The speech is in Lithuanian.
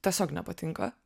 tiesiog nepatinka